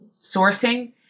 sourcing